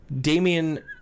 Damian